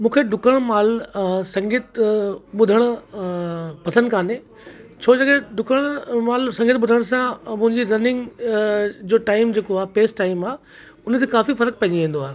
मूंखे ॾुकण महिल संगीत ॿुधणु पसंदि कोन्हे छो जे ॾुकण महिल संगीत ॿुधण सां मुंहिजी रनिंग जो टाइम जेको आहे बेस्ट टाइम आहे उन ते काफ़ी फ़रक़ु पइजी वेंदो आहे